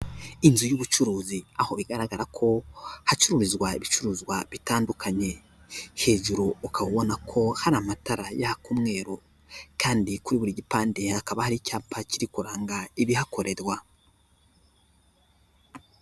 Inzu y'ubucuruzi aho igaragara ko hacurumizwa ibicuruzwa bitandukanye, hejuru ukaba ubona ko hari amatara yaka umweru kandi kuri buri gipande hakaba hari icyapa kiri kuranga ibihakorerwa.